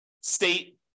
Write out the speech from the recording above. state